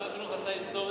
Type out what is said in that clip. שר החינוך עשה היסטוריה,